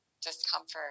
discomfort